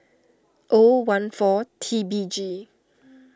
O one four T B G